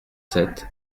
sept